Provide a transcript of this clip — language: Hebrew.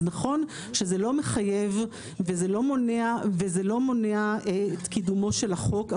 אז נכון שזה לא מחייב וזה לא מונע את קידומו של החוק.